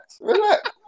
Relax